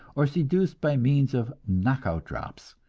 or seduced by means of knock-out drops,